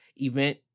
event